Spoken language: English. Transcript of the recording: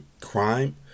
crime